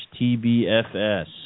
TBFS